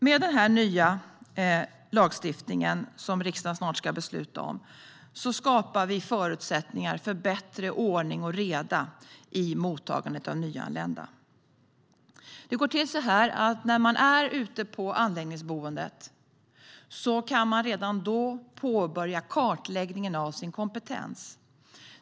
Med den nya lagstiftning som riksdagen snart ska besluta om skapar vi förutsättningar för bättre ordning och reda i mottagandet av nyanlända. Det går till så här: Man kan redan ute på anläggningsboendet påbörja kartläggningen av sin kompetens.